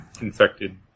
infected